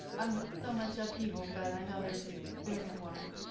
um so much upheaval, but i know they're doing it well.